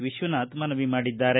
ವಿಶ್ವನಾಥ್ ಮನವಿ ಮಾಡಿದ್ದಾರೆ